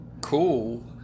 cool